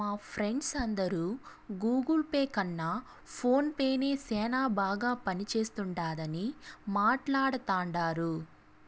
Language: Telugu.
మా ఫ్రెండ్స్ అందరు గూగుల్ పే కన్న ఫోన్ పే నే సేనా బాగా పనిచేస్తుండాదని మాట్లాడతాండారు